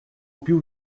più